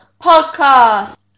podcast